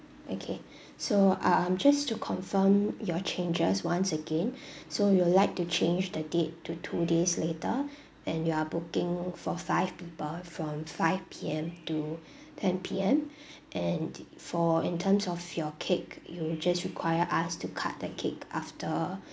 okay so um just to confirm your changes once again so you would like to change the date to two days later and you are booking for five people from five P_M to ten P_M and for in terms of your cake you just require us to cut the cake after